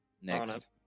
next